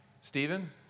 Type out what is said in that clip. Stephen